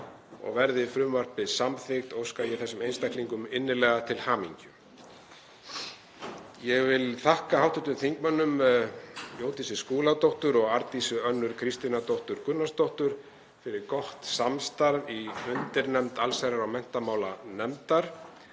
og verði frumvarpið samþykkt óska ég þessum einstaklingum innilega til hamingju. Ég vil þakka hv. þingmönnum Jódísi Skúladóttur og Arndísi Önnu Kristínardóttur Gunnarsdóttur fyrir gott samstarf í undirnefnd allsherjar- og menntamálanefndar,